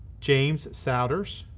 james sowders,